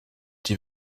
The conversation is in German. die